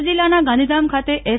કચ્છ જિલ્લાના ગાંધીધામ ખાતે એસ